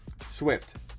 Swift